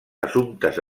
assumptes